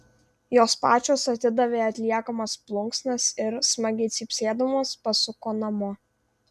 jos pačios atidavė atliekamas plunksnas ir smagiai cypsėdamos pasuko namo